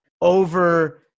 over